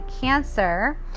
Cancer